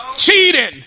Cheating